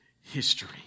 history